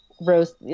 roast